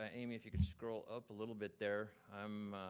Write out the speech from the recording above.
ah amy, if you could scroll up a little bit there, i'm